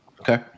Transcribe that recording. Okay